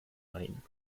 ein